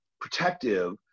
protective